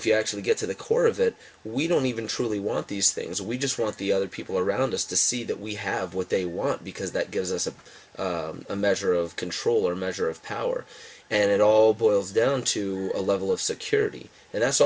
if you actually get to the core of it we don't even truly want these things we just want the other people around us to see that we have what they want because that gives us a a measure of control or a measure of power and it all boils down to a level of security and that's